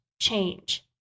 change